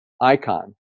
icon